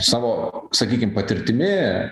savo sakykim patirtimi